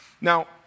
Now